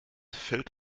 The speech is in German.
fällt